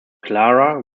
clara